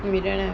we don't have